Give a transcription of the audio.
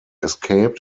escaped